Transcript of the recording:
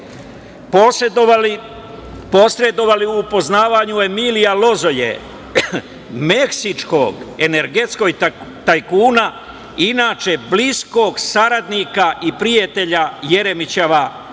posredovali u upoznavanju Emilia Lozoje, meksičkog energetskog tajkuna, inače bliskog saradnika i prijatelja Jeremićeva, sa